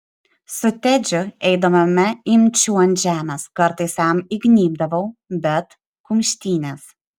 su tedžiu eidavome imčių ant žemės kartais jam įgnybdavau bet kumštynės